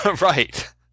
Right